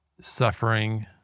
suffering